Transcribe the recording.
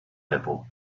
level